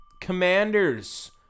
Commanders